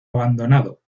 abandonado